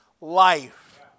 life